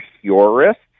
purists